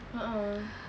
a'ah